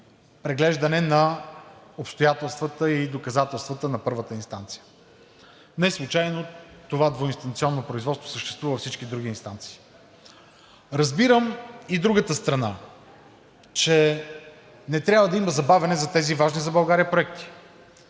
преглеждане на обстоятелствата и доказателствата на първата инстанция. Неслучайно това двуинстанционно производство съществува във всички други инстанции. Разбирам и другата страна – че не трябва да има забавяне за тези важни за България проекти.